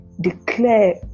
declare